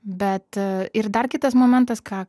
bet ir dar kitas momentas ką